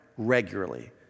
regularly